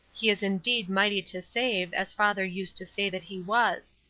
he is indeed mighty to save, as father used to say that he was.